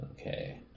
Okay